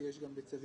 כדי שהבנק בעצמו,